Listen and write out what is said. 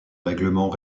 règlement